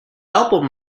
album